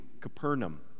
Capernaum